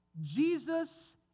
Jesus